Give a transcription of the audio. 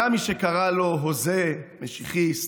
היה מי שקרא לו הוזה, משיחיסט,